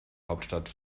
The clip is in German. hauptstadt